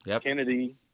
Kennedy